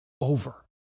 over